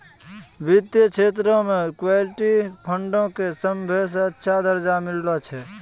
वित्तीय क्षेत्रो मे इक्विटी फंडो के सभ्भे से अच्छा दरजा मिललो छै